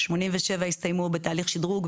87 הסתיימו או בתהליך שדרוג,